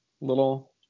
little